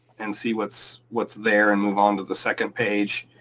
and see what's what's there, and move on to the second page.